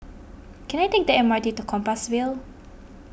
can I take the M R T to Compassvale